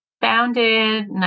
founded